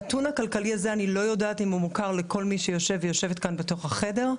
הנתון הכלכלי הזה מוכר לכל מי שיושב ויושבת כאן בתוך החדר,